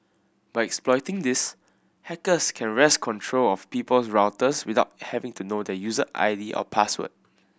by exploiting this hackers can wrest control of people's routers without having to know their user I D or password